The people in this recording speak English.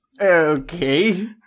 Okay